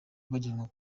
bajyanwa